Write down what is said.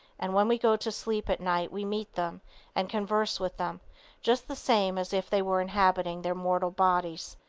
and when we go to sleep at night we meet them and converse with them just the same as if they were inhabiting their mortal bodies.